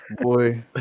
boy